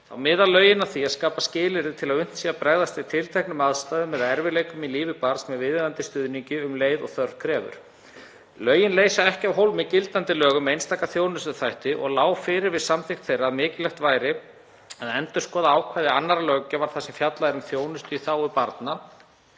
Þá miða lögin að því að skapa skilyrði til að unnt sé að bregðast við tilteknum aðstæðum eða erfiðleikum í lífi barns með viðeigandi stuðningi um leið og þörf krefur. Lögin leysa ekki af hólmi gildandi lög um einstaka þjónustuþætti og lá fyrir við samþykkt þeirra að mikilvægt væri að endurskoða ákvæði annarrar löggjafar þar sem fjallað er um þjónustu í þágu barna,